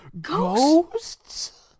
Ghosts